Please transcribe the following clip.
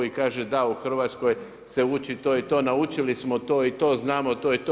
I kaže da, u Hrvatskoj se uči to i to, naučili smo to i to, znamo to i to.